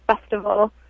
Festival